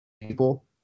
people